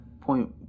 point